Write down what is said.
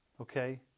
Okay